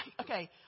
okay